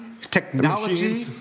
Technology